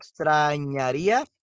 Extrañaría